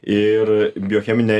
ir biocheminė